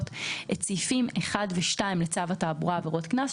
את סעיפים 1 ו-2 לצו התעבורה עבירות קנס,